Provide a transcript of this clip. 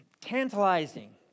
tantalizing